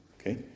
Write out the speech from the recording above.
Okay